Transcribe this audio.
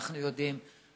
אנחנו יודעים.